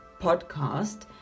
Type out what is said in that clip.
podcast